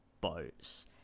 boats